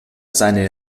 seine